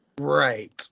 Right